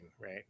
right